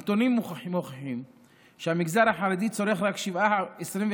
הנתונים מוכיחים שהמגזר החרדי צורך רק 27%,